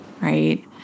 right